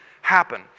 happen